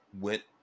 went